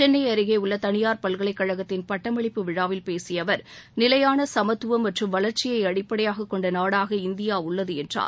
சென்னை அருகே உள்ள தனியார் பல்கலைக்கழகத்தின் பட்டமளிப்பு விழாவில் பேசிய அவர் நிலையான சமத்துவம் மற்றும் வளர்ச்சியை அடிப்படையாகக் கொண்ட நாடாக இந்தியா உள்ளது என்றார்